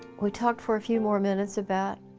we talked for a few more minutes about